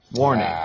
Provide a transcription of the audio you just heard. Warning